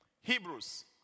Hebrews